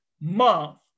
month